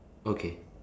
okay